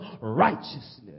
righteousness